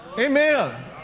Amen